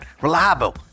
reliable